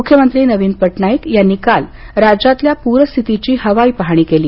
मुख्यमंत्री नवीन पटनाईक यांनी काल राज्यातल्या पूरस्थितीची हवाई पाहणी केली